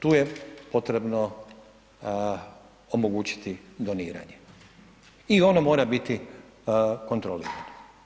Tu je potrebno omogućiti doniranje i ono mora biti kontrolirano.